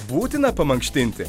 būtina pamankštinti